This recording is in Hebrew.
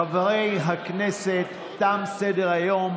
חברי הכנסת, תם סדר-היום.